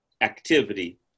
activity